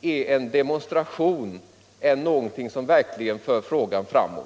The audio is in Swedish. en demonstration än någonting som verkligen för frågan framåt.